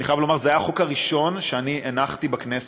ואני חייב לומר שזה היה החוק הראשון שהנחתי בכנסת,